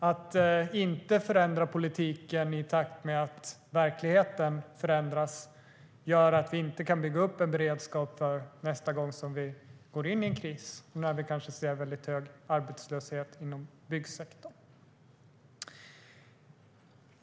Att inte förändra politiken i takt med att verkligheten förändras gör att vi inte kan bygga upp en beredskap inför nästa gång vi går in i en kris och kanske ser en väldigt hög arbetslöshet inom byggsektorn.